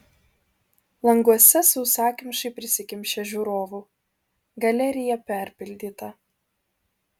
languose sausakimšai prisikimšę žiūrovų galerija perpildyta